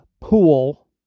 pool